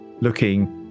looking